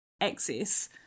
access